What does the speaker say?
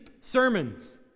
sermons